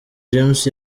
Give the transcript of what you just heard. james